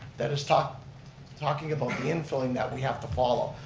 that is talking talking about inflow that we have to follow.